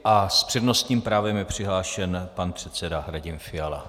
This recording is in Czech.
A s přednostním právem je přihlášen pan předseda Radim Fiala.